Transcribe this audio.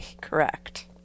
Correct